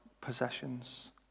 possessions